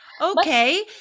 Okay